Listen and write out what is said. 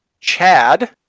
Chad